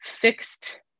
fixed